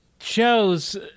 shows